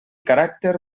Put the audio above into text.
caràcter